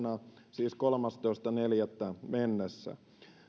siis kolmastoista neljättä mennessä